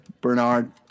Bernard